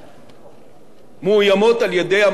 מאוימות על-ידי המשבר הגלובלי.